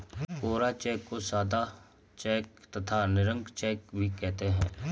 कोरा cheque को सादा cheque तथा निरंक चेक भी कहते हैं